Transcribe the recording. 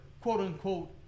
quote-unquote